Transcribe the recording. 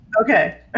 Okay